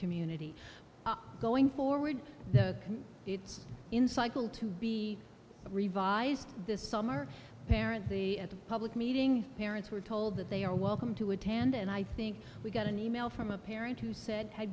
community going forward it's in cycle to be revised this summer parent the at a public meeting parents were told that they are welcome to attend and i think we got an email from a parent who said